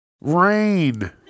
Rain